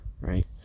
Right